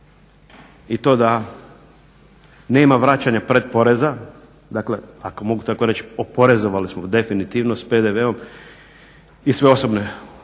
i to da nema vraćanja pred preza, dakle ako mogu tako reći oporezovali smo definitivno s PDV-om i sve osobne